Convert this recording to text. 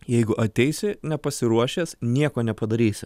jeigu ateisi nepasiruošęs nieko nepadarysi